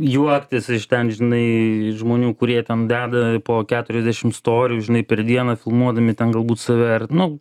juoktis iš ten žinai žmonių kurie ten deda po keturiasdešim storių žinai per dieną filmuodami ten galbūt save ir nu